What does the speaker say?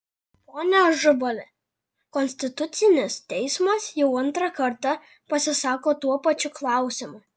pone ažubali konstitucinis teismas jau antrą kartą pasisako tuo pačiu klausimu